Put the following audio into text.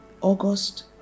August